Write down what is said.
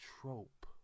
trope